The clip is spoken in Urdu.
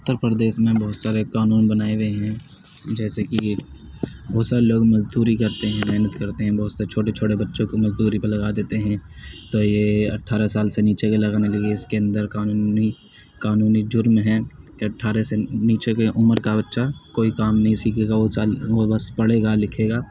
اتر پردیش میں بہت سارے قانون بنائے گئے ہیں جیسے کہ یہ بہت سارے لوگ مزدوری کرتے ہیں محنت کرتے ہیں بہت سے چھوٹے چھوٹے بچوں کو مزدوری پہ لگا دیتے ہیں تو یہ اٹھارہ سال سے نیچے کے لگانے لگے اس کے اندر قانونی قانونی جرم ہے کہ اٹھارہ سے نیچے کی عمر کا بچہ کوئی کام نہیں سیکھے گا وہ سال وہ بس پڑھے گا لکھے گا